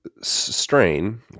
strain